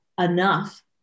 enough